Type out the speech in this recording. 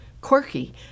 quirky